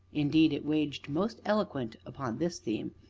indeed it waxed most eloquent upon this theme,